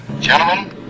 Gentlemen